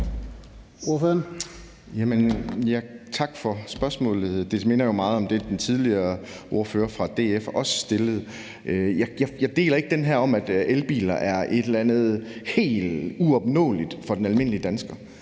Tak for spørgsmålet. Det minder jo meget om det, den tidligere ordfører fra DF også stillede. Jeg deler ikke det her om, at elbiler er et eller andet helt uopnåeligt for den almindelige dansker.